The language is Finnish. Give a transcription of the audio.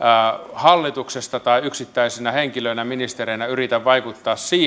hallituksesta tai yksittäisinä henkilöinä ministereinä yritä vaikuttaa siihen